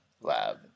lab